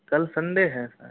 कल संडे है